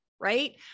right